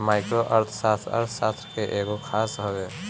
micro अर्थशास्त्र, अर्थशास्त्र के एगो शाखा हवे